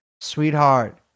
sweetheart